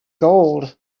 gold